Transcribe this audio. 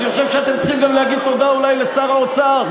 אני חושב שאתם צריכים גם להגיד תודה אולי לשר האוצר,